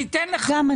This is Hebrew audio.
אני אתן לך.